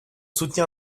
soutenir